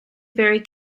very